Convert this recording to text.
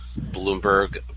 Bloomberg